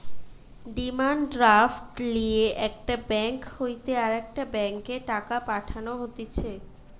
demand draft লিয়ে একটা bank হইতে আরেকটা ব্যাংকে টাকা পাঠানো হতিছে